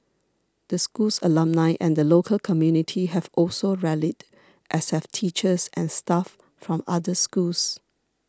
the school's alumni and the local community have also rallied as have teachers and staff from other schools